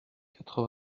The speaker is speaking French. quatre